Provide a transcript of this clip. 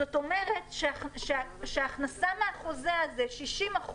זאת אומרת שההכנסה מהחוזה הזה, 60%,